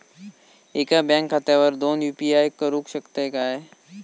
एका बँक खात्यावर दोन यू.पी.आय करुक शकतय काय?